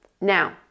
Now